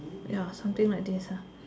ya something like this